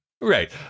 Right